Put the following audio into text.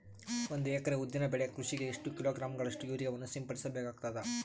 ಒಂದು ಎಕರೆ ಉದ್ದಿನ ಬೆಳೆ ಕೃಷಿಗೆ ಎಷ್ಟು ಕಿಲೋಗ್ರಾಂ ಗಳಷ್ಟು ಯೂರಿಯಾವನ್ನು ಸಿಂಪಡಸ ಬೇಕಾಗತದಾ?